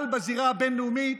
מה שקורה בכלל בזירה הבין-לאומית.